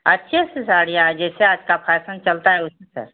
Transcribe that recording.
अच्छा अच्छा साड़ियाँ हैं जैसे आज का फ़ैसन चलता है उसी सर